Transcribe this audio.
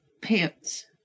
pants